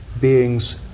beings